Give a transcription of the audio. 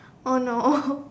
oh no